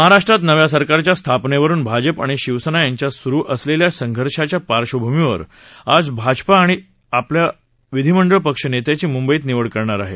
महाराष्ट्रात नव्या सरकारच्या स्थापनेवरुन भाजप आणि शिवसेना यांच्यात सुरु असलेल्या संघर्षाच्या पार्श्वभूमीवर आज भाजपा आपल्या विधिमंडळ पक्षनेत्याची मुंबईत निवड करणार आहे